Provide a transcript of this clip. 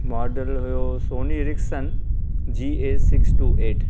model हुयो Sony Ericsson G A six two eight